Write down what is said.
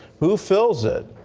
who fills it?